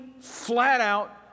flat-out